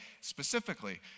specifically